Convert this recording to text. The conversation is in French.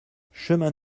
chemin